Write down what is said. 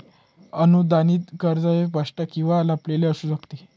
अनुदानित कर्ज हे स्पष्ट किंवा लपलेले असू शकते